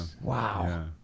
wow